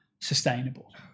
sustainable